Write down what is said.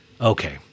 okay